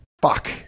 Fuck